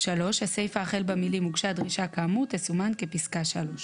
הסיפא החל במילים "הוגשה דרישה כאמור" תסומן כפסקה (3).